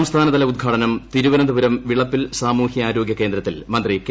സംസ്ഥാനതല ഉദ്ഘാടനം തിരുവനന്തപുരം വിളപ്പിൽ സാമൂഹൃ ആരോഗൃ കേന്ദ്രത്തിൽ മന്ത്രി കെ